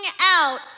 out